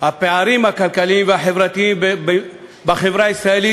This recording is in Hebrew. חברי חברי הכנסת, מכובדי השרים,